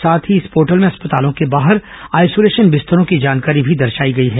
साथ ही इस पोर्टल में अस्पतालों के बाहर आइसोलेशन बिस्तरों की जानकारी भी दर्शायी गई है